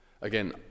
Again